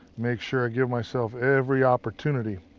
make sure i give myself every opportunity.